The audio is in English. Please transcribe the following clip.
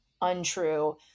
untrue